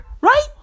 right